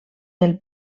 del